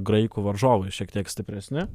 graikų varžovai šiek tiek stipresni